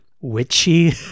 witchy